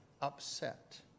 upset